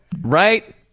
Right